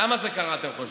למה זה קרה, אתם חושבים?